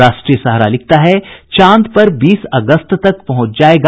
राष्ट्रीय सहारा लिखता है चांद पर बीस अगस्त तक पहुंच जायेगा